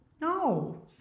no